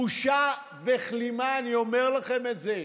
בושה וכלימה, אני אומר לכם את זה.